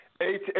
eight